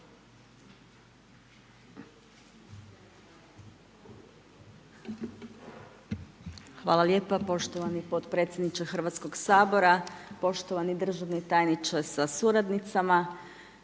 Zahvaljujem potpredsjedniče Hrvatskog sabora. Poštivani državni tajniče sa suradnicom,